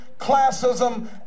classism